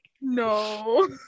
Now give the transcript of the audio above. no